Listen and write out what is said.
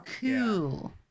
cool